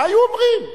מה היו אומרים?